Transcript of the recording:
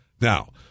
Now